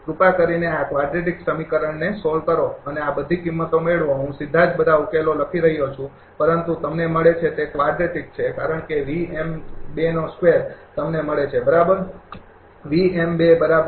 કૃપા કરીને આ કવાડ્રેટિક સમીકરણને સોલ્વ કરો અને આ બધી કિંમતો મેળવો હું સીધા જ બધા ઉકેલો લખી રહ્યો છું પરંતુ તમને મળે છે તે કવાડ્રેટીક છે કારણ કે V m ૨ નો સ્કેવર તમને મળે છે બરાબર